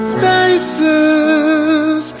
faces